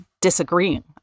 disagreeing